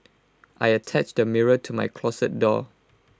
I attached A mirror to my closet door